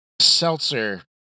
seltzer